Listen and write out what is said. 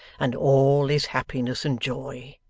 and all is happiness and joy